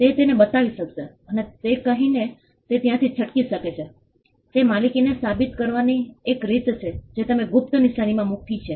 તે તેને બતાવી શકશે અને તે કહીને તે ત્યાંથી છટકી શકે છે તે માલિકીને સાબિત કરવાની એક રીત છે જે તમે ગુપ્ત નિશાનીમાં મૂકી છે